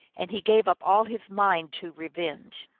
and he gave up all his mind to revenge.